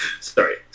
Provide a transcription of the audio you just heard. Sorry